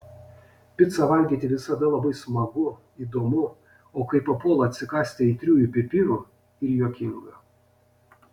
picą valgyti visada labai smagu įdomu o kai papuola atsikąsti aitriųjų pipirų ir juokinga